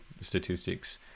statistics